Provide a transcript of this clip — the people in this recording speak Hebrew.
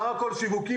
סך הכול שיווקים,